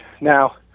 Now